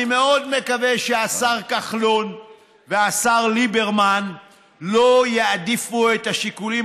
אני מאוד מקווה שהשר כחלון והשר ליברמן לא יעדיפו את השיקולים